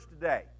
today